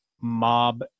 mob